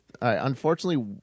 unfortunately